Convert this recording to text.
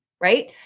right